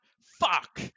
Fuck